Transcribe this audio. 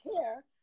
care